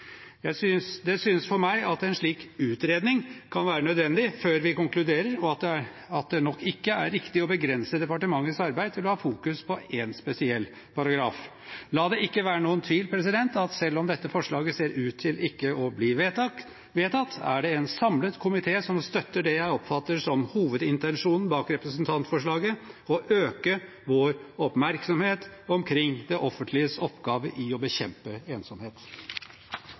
Det synes for meg at en slik utredning kan være nødvendig før vi konkluderer, og at det nok ikke er riktig å begrense departementets arbeid til å ha fokus på en spesiell paragraf. La det ikke være noen tvil om at selv om dette forslaget ser ut til ikke å bli vedtatt, er det en samlet komité som støtter det jeg oppfatter som hovedintensjonen bak representantforslaget – å øke vår oppmerksomhet omkring det offentliges oppgave i å bekjempe ensomhet.